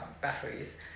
batteries